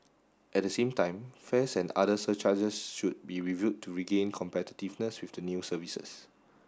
at the same time fares and other surcharges should be reviewed to regain competitiveness with the new services